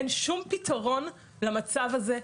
אין שום פיתרון למצב הזה.